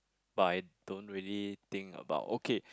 but I don't really think about okay